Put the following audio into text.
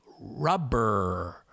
rubber